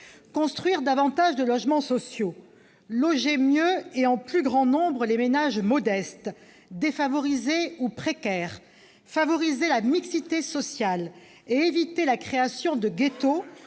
Construire davantage de logements sociaux, loger mieux et en plus grand nombre les ménages modestes, défavorisés ou précaires, favoriser la mixité sociale et éviter la création de ghettos